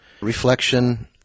reflection